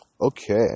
Okay